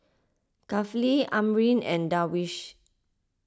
Kifli Amrin and Darwish